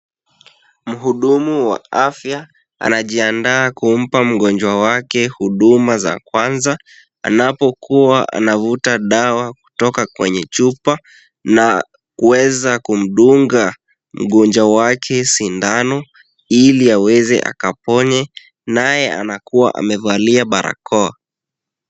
Muhudumu wa afya anajiandaa kumpa mgonjwa wake huduma za kwanza , anapokua anavuta dawa kutoka kwenye chupa na kuweza kumdunga mgonjwa wake sindano ili aweze akaponye ,naye anakua amevalia barakoa .